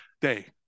day